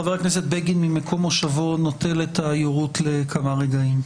חבר הכנסת בגין ממקום מושבו נוטל את היירוט לכמה רגעים.